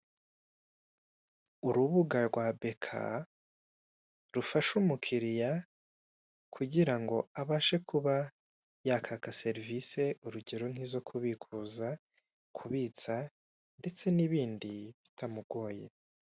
Urubuga rwa beka rufasha umukiriya kugira ngo abashe kuba yakaka serivise urugero nkizo kubikuza kubitsa ndetse nibindi bitamugoye.